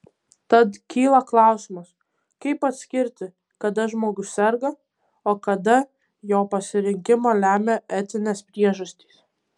tad kyla klausimas kaip atskirti kada žmogus serga o kada jo pasirinkimą lemia etinės priežastys